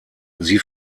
sie